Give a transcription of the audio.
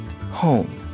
Home